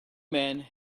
men